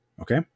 Okay